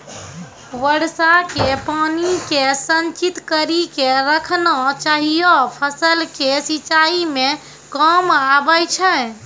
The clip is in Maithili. वर्षा के पानी के संचित कड़ी के रखना चाहियौ फ़सल के सिंचाई मे काम आबै छै?